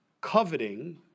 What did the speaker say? coveting